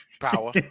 Power